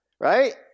right